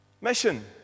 Mission